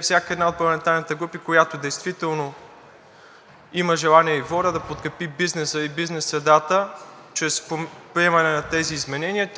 Всяка една от парламентарните групи, която действително има желание и воля да подкрепи бизнеса и бизнес средата чрез приемане на тези изменения,